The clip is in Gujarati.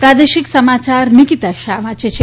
પ્રાદેશિક સમાયાર નિકિતા શાહ વાંચે છે